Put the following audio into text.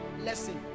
lesson